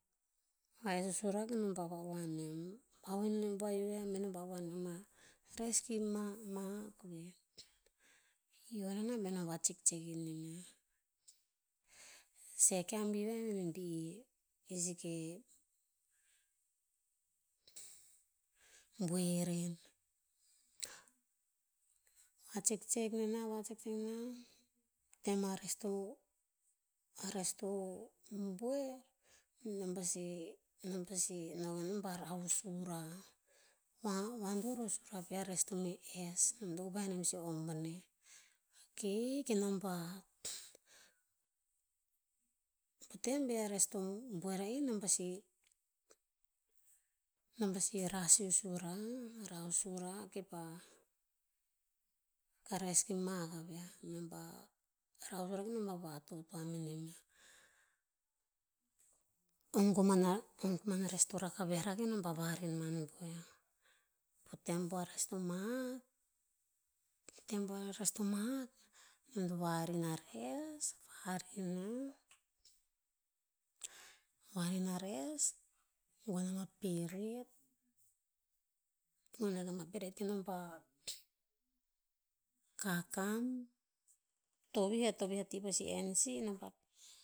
Va'es kura kenom pah va'uhuan nem. vahio ya he nom pah va'uhuan nem a res kipah ma- mahak veh. Hio nemiah be nom va tsek tsek i nem ya. Tsek ya i seke, boer er. Va tsek tsek pena va tsek tsek ne nah. Tem a res to- a res to boer, nom pasi- nom pasi no kenom pa rah o surah. Va- vador eh o sura pi a res to me ess. Nom to upu eh a nem sih o oboneh. Ok ke nom pah, po tem veh a res to boer ra'ih nom pasi- nom pasi rah sih o sura- rah o sura kepah, ka res ki mahak aviah. Nom pah, rah o sura kenom pah va totoa menem ya. Ong koman a- ong koman a res to rak aviah rakah kenom pah varin man po ya. Po tem po a res to mahak- tem po a res to mahak, nom to varin ya. Varin a res gonn ama peret, gonn na ta mah peret kenom pa kakan. Tovih a- tovih atii pasi enn sih. Nom pah